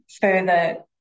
further